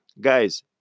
guys